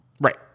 Right